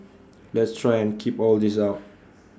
let's try and keep all this out